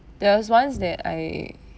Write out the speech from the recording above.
there was once that I